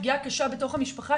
פגיעה קשה בתוך המשפחה,